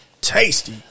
Tasty